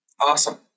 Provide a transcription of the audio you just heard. Awesome